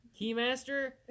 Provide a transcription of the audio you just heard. Keymaster